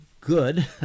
good